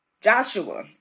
Joshua